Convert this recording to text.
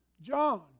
John